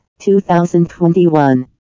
2021